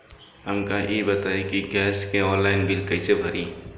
हमका ई बताई कि गैस के ऑनलाइन बिल कइसे भरी?